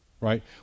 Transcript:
right